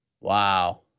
Wow